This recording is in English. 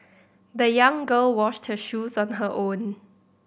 the young girl washed her shoes on her own